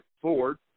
Ford